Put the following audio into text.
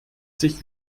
sich